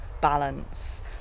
balance